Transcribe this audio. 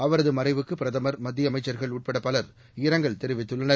அவரது மறைவுக்கு பிரதமர் மத்திய அமைச்சர்கள் உட்பட பலர் இரங்கல் தெரிவித்துள்ளனர்